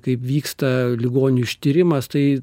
kaip vyksta ligonių ištyrimas tai